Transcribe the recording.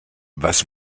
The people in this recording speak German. was